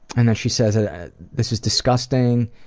and then she says ah ah this is disgusting,